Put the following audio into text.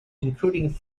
including